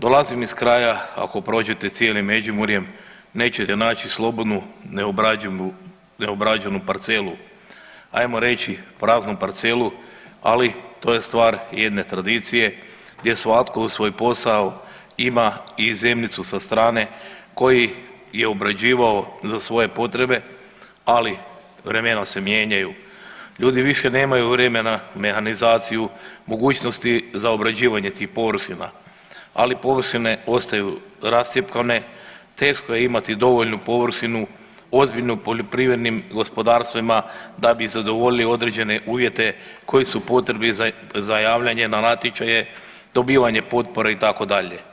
Dolazim iz kraja ako prođete cijelim Međimurjem nećete naći slobodnu i neobrađenu, neobrađenu parcelu, ajmo reći praznu parcelu, ali to je stvar jedne tradicije gdje svatko uz svoj posao ima i zemljicu sa strane koji je obrađivao za svoje potrebe, ali vremena se mijenjaju, ljudi više nemaju vremena za mehanizaciju, mogućnosti za obrađivanje tih površina, ali površine ostaju rascjepkane, teško je imati dovoljnu površinu ozbiljnu poljoprivrednim gospodarstvima da bi zadovoljili određene uvjete koji su potrebni za javljanje na natječaje, dobivanje potpora itd.